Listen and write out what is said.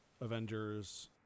Avengers